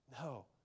No